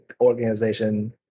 organization